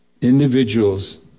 individuals